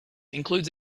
includes